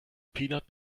peanut